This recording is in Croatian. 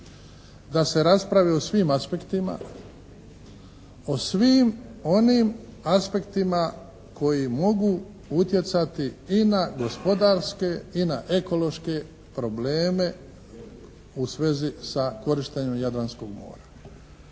da se raspravi o svim aspektima, o svim onim aspektima koji mogu utjecati i na gospodarske i na ekološke probleme u svezi sa korištenjem Jadranskog mora.